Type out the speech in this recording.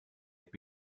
dfb